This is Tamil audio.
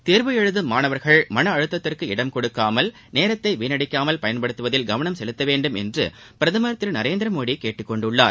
தேர்வு எழுதும் மாணவர்கள் மன அழுத்தத்திற்கு இடம் கொடுக்காமல் நேரத்தை வீணடிக்காமல் பயன்படுத்துவதில் கவனம் செலுத்தவேண்டும் என்று பிரதமர் திரு நரேந்திரமோடி கேட்டுக்கொண்டுள்ளார்